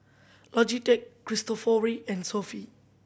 Logitech Cristofori and Sofy